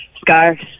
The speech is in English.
scarves